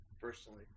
personally